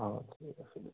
অঁ ঠিক আছে দিয়া